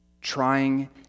Trying